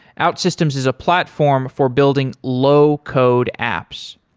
outsystems is a platform for building low code apps.